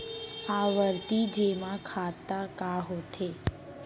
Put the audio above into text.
आवर्ती जेमा खाता का होथे?